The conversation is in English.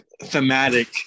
thematic